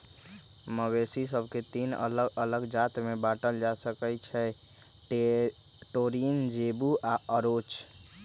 मवेशि सभके तीन अल्लग अल्लग जात में बांटल जा सकइ छै टोरिन, जेबू आऽ ओरोच